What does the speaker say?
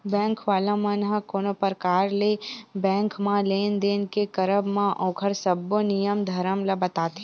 bank वाला मन ह कोनो परकार ले बेंक म लेन देन के करब म ओखर सब्बो नियम धरम ल बताथे